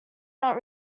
not